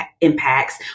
impacts